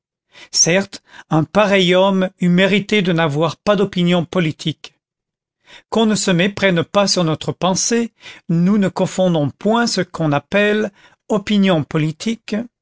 certes un pareil homme eût mérité de n'avoir pas d'opinions politiques qu'on ne se méprenne pas sur notre pensée nous ne confondons point ce qu'on appelle opinions politiques